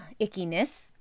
ickiness